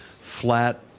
flat